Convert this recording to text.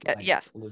Yes